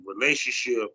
relationship